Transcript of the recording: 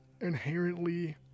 inherently